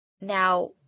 Now